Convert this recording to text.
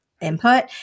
input